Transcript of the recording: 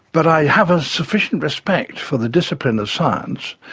but i have a sufficient respect for the discipline, the science,